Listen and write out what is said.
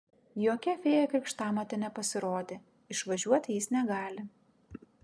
jokia fėja krikštamotė nepasirodė išvažiuoti jis negali